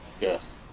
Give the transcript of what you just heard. Yes